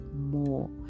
more